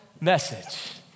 message